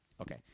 Okay